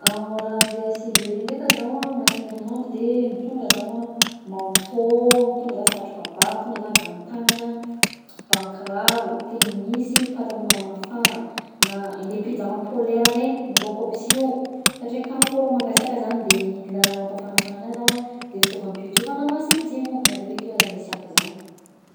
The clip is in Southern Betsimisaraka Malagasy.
Raha andeha à Siberia ndraika zaho a agnatin'ny herinandro, mitondra zaho manteau, mitondra zah satroka ba, mitondra zah gantn-tagnagna, bakiraro, tenisy, patalogna mafagna, na le pyjama polaire regny hindaoko aby si io satria ankagny manko arô mangasiàka zany de mila raha mampafagnafagna anah zaho de fitaovam-pidiovagna ma sy adigno na de akeo aza ny hasiàka zany.